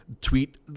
tweet